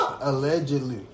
Allegedly